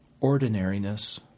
ordinariness